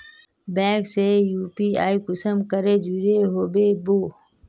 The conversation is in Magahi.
बैंक से यु.पी.आई कुंसम करे जुड़ो होबे बो?